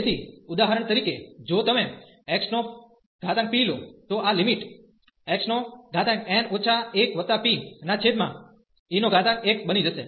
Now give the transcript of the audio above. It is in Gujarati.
તેથી ઉદાહરણ તરીકે જો તમે xp લો તો આ લિમિટ xn 1pex બની જશે